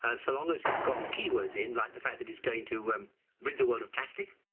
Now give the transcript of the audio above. as so long as it's got keywords in like the fact that it's going to um rid the world of plastic,